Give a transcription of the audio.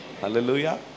Hallelujah